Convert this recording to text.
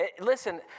Listen